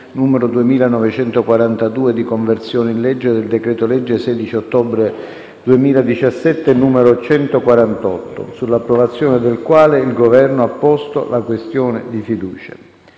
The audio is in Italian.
legge di conversione in legge del decreto-legge 16 ottobre 2017, n. 148, sull'approvazione del quale il Governo ha posto la questione di fiducia: